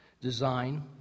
Design